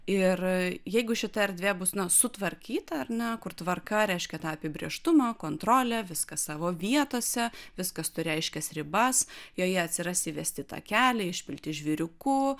ir jeigu šita erdvė bus sutvarkyta ar ne kur tvarka reiškia tą apibrėžtumą kontrolę viskas savo vietose viskas turi aiškias ribas joje atsiras įvesti takeliai išpilti žvyriuku